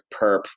perp